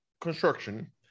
construction